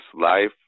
life